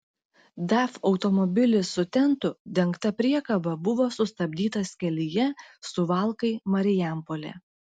daf automobilis su tentu dengta priekaba buvo sustabdytas kelyje suvalkai marijampolė